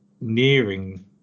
nearing